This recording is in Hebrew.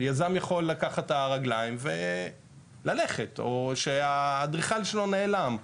היזם יכול לקחת את הרגליים וללכת או שהאדריכל שלו נעלם,